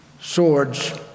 swords